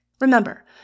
Remember